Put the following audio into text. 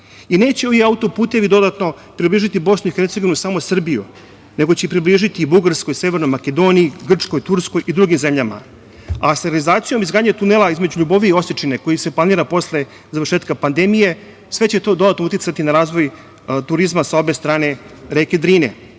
ovi auto-putevi dodatno približiti BiH samo Srbiji, nego će i približiti i Bugarskoj, Severnoj Makedoniji, Grčkoj, Turskoj i drugim zemljama, a sa realizacijom izgradnje tunela između Ljubovije i Osečine koji se planira posle završetka pandemije, sve će to dodatno uticati na razvoj turizma sa obe strane reke